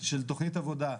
של תוכנית עבודה.